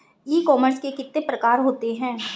ई commerce के कितने प्रकार होते हैं?